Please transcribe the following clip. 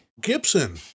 Gibson